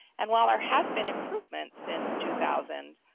and while there has been improvement since two thousand,